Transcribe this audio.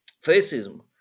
fascism